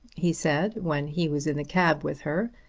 he said when he was in the cab with her,